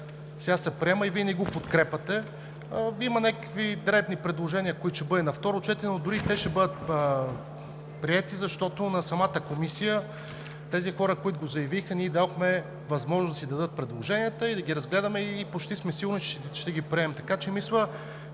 сега се приема, а Вие не го подкрепяте. Има някакви дребни предложения, които ще бъдат на второ четене, но дори и те ще бъдат приети, защото на хората в самата комисия, които го заявиха, им дадохме възможност да си дадат предложенията, да ги разгледаме и почти сме сигурни, че ще ги приемем. Така че мисля,